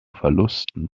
verlusten